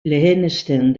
lehenesten